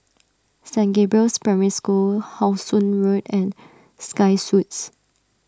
Saint Gabriel's Primary School How Sun Road and Sky Suites